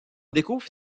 découvre